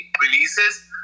releases